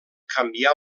canvià